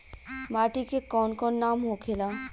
माटी के कौन कौन नाम होखेला?